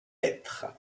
lettres